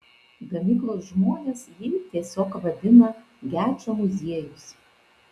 gamyklos žmonės jį tiesiog vadina gečo muziejus